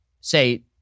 say